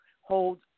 hold